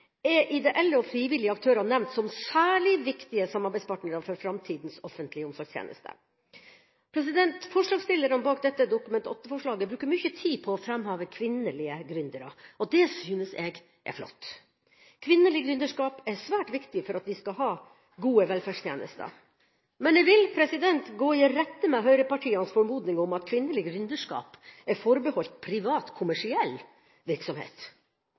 er ideelle og frivillige aktører nevnt som særlig viktige samarbeidspartnere for framtidas offentlige omsorgstjeneste. Forslagsstillerne bak dette Dokument 8-forslaget bruker mye tid på å framheve kvinnelige gründere. Det synes jeg er flott. Kvinnelig gründerskap er svært viktig for at vi skal ha gode velferdstjenester. Men jeg vil gå i rette med høyrepartienes formodning om at kvinnelig gründerskap er forbeholdt privat kommersiell virksomhet.